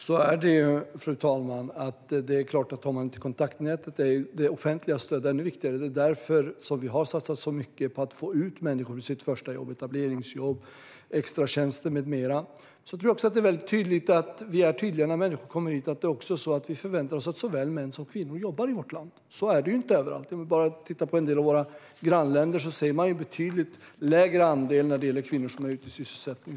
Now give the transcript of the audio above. Fru talman! Så är det. Har man inte kontaktnätet är det offentliga stödet ännu viktigare. Det är därför som vi har satsat så mycket på att få ut människor i sitt första jobb. Det handlar om etableringsjobb, extratjänster med mera. Det är också väldigt viktigt att vi är tydliga när människor kommer hit. Vi förväntar oss att såväl män som kvinnor jobbar i vårt land. Så är det inte överallt. Vi kan bara titta på en del av våra grannländer. Där ser vi en betydligt lägre andel när det gäller kvinnors möjligheter till sysselsättning.